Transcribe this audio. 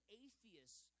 atheists